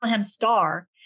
star